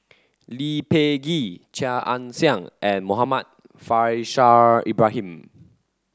Lee Peh Gee Chia Ann Siang and Muhammad Faishal Ibrahim